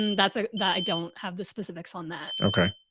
and that's ah that. i don't have the specifics on that. okay.